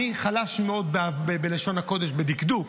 אני חלש מאוד בלשון הקודש בדקדוק,